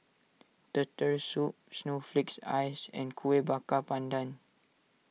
Turtle Soup Snowflake Ice and Kueh Bakar Pandan